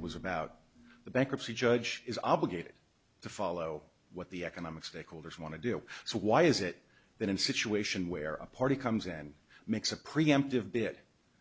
was about the bankruptcy judge is obligated to follow what the economic stakeholders want to do so why is it that in situation where a party comes and makes a preemptive bit